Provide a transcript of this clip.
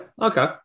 Okay